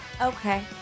Okay